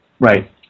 Right